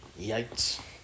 Yikes